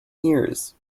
years